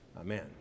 Amen